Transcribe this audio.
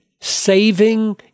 saving